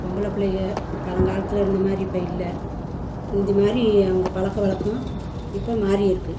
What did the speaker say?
பொம்பளை பிள்ளைங்கள் பழங்காலத்துல இருந்தமாதிரி இப்போ இல்லை முந்திமாதிரி அவங்க பழக்க வழக்கம் இப்போ மாறி இருக்குது